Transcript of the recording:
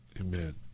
Amen